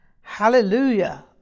Hallelujah